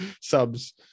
subs